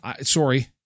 sorry